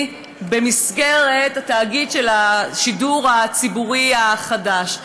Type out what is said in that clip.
במסגרת התאגיד של השידור הציבורי החדש.